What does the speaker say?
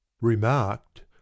remarked